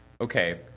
Okay